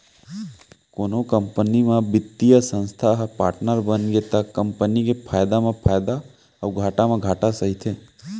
कोनो कंपनी म बित्तीय संस्था ह पाटनर बनगे त कंपनी के फायदा म फायदा अउ घाटा म घाटा सहिथे